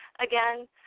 again